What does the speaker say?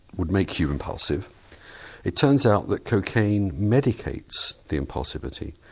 would make you impulsive it turns out that cocaine medicates the impulsivity.